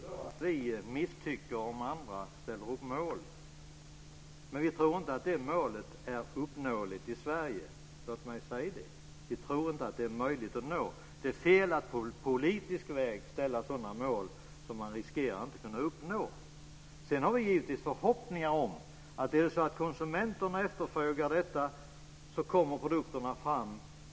Fru talman! Det är inte så att vi misstycker att andra ställer upp mål. Men vi tror inte att det målet är uppnåeligt i Sverige. Låt mig säga det. Det är fel att på politisk väg ställa upp sådana mål som man riskerar att inte kunna uppnå. Vi har givetvis förhoppningar att om konsumenterna efterfrågar detta så kommer produkterna fram.